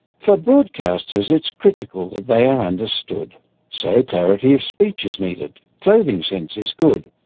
for broadcasters it's critical that they are understood so clarity of speech is needed, clothing sense is good.